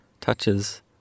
touches